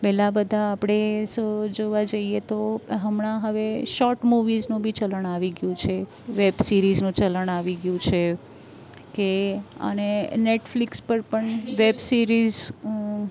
પહેલા બધા આપણે શો જોવા જઈએ તો હમણાં હવે શોર્ટ મૂવીઝનું બી ચલણ આવી ગયું છે વેબ સીરિઝનું ચલણ આવી ગયું છે કે અને નેટફિલક્સ પર પણ વેબ સીરિઝ